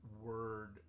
word